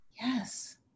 Yes